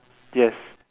yes